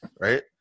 right